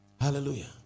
Hallelujah